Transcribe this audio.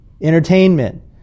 entertainment